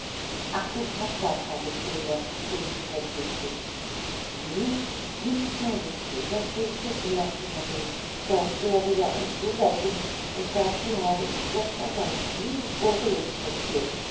ach du hast gar keine fehler rief ich verdrießlich wie ich keine fehler gretchen lachte marie da wäre ich ja ein wunderkind und dazu habe ich gott sei dank nie große lust verspürt